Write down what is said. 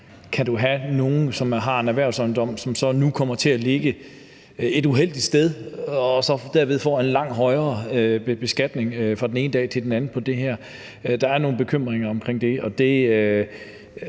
Kan der være nogle, som har en erhvervsejendom, som nu kommer til at ligge et uheldigt sted, og derved får en langt højere beskatning fra den ene dag til den anden på grund af det her? Der er nogle bekymringer omkring det, og det